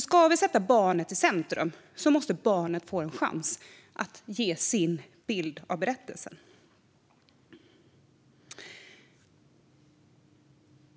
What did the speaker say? Ska vi sätta barnet i centrum måste barnet få en chans att ge sin bild av berättelsen.